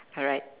alright